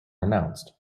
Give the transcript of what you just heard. announced